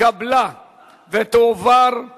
(קרן לתועלת הציבור והוראות לעניין חברה לתועלת הציבור),